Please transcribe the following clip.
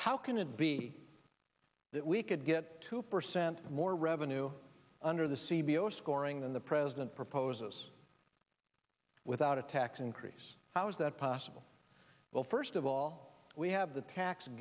how can it be that we could get two percent more revenue under the c b o scoring than the president proposes without a tax increase how is that possible well first of all we have the tax